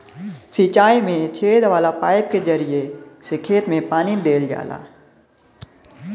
सिंचाई में छेद वाला पाईप के जरिया से खेत में पानी देहल जाला